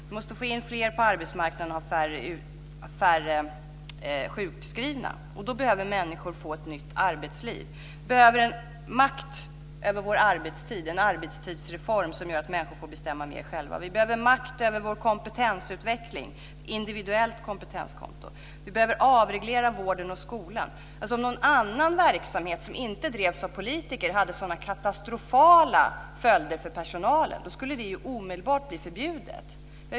Vi måste få in fler på arbetsmarknaden och ha färre sjukskrivna. Då behöver människor få ett nytt arbetsliv. Vi behöver makt över vår arbetstid - en arbetstidsreform som gör att människor får bestämma mer själva. Vi behöver makt över vår kompetensutveckling - ett individuellt kompetenskonto. Vi behöver avreglera vården och skolan. Om någon annan verksamhet som inte drevs av politiker hade sådana katastrofala följder för personalen skulle den omedelbart bli förbjuden.